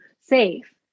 safe